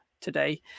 today